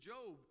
Job